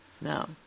No